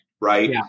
right